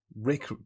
Rick